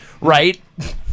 right